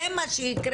זה מה שייקרה,